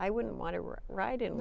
i wouldn't want to we're right in